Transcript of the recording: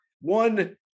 one